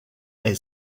est